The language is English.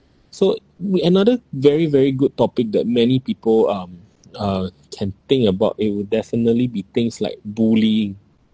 so we another very very good topic that many people um uh can think about it will definitely be things like bullying